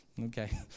Okay